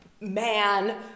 man